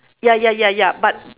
ya ya ya ya but